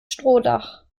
strohdach